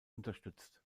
unterstützt